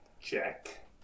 Check